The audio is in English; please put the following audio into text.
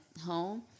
home